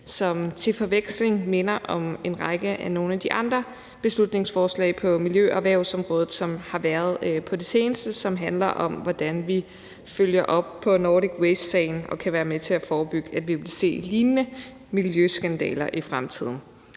som til forveksling minder om en række af nogle af de andre beslutningsforslag på miljø- og erhvervsområdet, som der har været på det seneste, og som handler om, hvordan vi følger op på Nordic Waste-sagen og kan være med til at forebygge, at vi vil se lignende miljøskandaler i fremtiden.